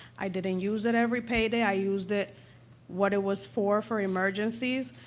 i didn't use it every payday. i used it what it was for, for emergencies.